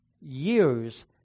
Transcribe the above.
years